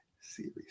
series